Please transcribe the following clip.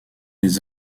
les